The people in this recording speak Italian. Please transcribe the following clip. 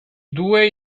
due